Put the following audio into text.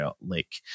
Lake